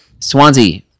Swansea